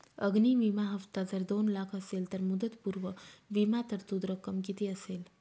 अग्नि विमा हफ्ता जर दोन लाख असेल तर मुदतपूर्व विमा तरतूद रक्कम किती असेल?